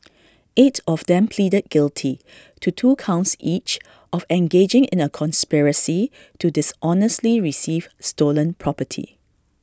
eight of them pleaded guilty to two counts each of engaging in A conspiracy to dishonestly receive stolen property